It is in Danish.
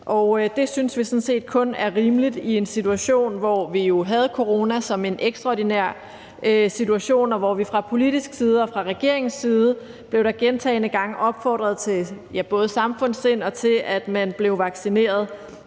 Det synes vi sådan set kun er rimeligt i en situation, hvor vi jo havde corona som en ekstraordinær situation. Fra politisk side og fra regeringens side blev der gentagne gange opfordret til både samfundssind og til, at man blev vaccineret.